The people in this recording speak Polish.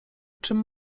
czym